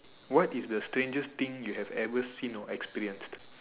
what is the strangest thing you have ever seen or experienced